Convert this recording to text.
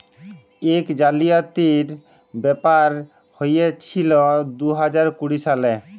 ইক জালিয়াতির ব্যাপার হঁইয়েছিল দু হাজার কুড়ি সালে